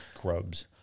grubs